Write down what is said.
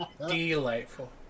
Delightful